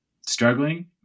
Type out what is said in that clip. struggling